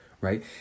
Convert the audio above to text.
right